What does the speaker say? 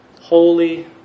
holy